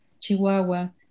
Chihuahua